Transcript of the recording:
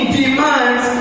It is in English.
demands